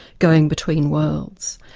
going between worlds.